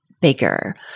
bigger